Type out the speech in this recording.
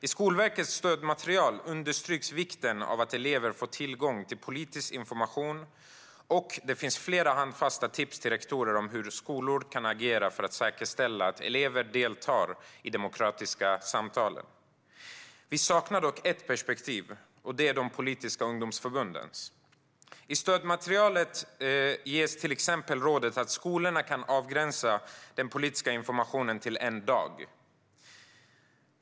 I Skolverkets stödmaterial understryks vikten av att elever får tillgång till politisk information, och det finns flera handfasta tips till rektorer om hur skolor kan agera för att säkerställa att elever deltar i det demokratiska samtalet. Vi saknar dock ett perspektiv, och det är de politiska ungdomsförbundens. I stödmaterial ges till exempel rådet att skolorna kan avgränsa den politiska informationen till en dag.